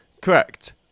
Correct